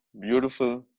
beautiful